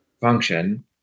function